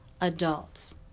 adults